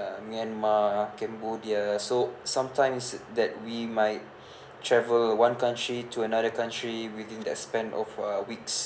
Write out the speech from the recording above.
uh myanmar cambodia so sometimes that we might travel one country to another country within that span of uh weeks